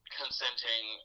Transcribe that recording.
consenting